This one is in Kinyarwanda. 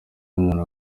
umuntu